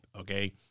okay